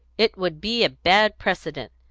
it would be a bad precedent.